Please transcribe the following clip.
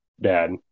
Dad